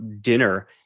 dinner